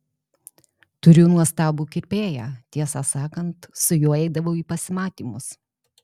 turiu nuostabų kirpėją tiesą sakant su juo eidavau į pasimatymus